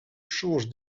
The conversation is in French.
change